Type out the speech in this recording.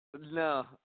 No